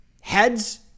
Heads